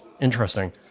interesting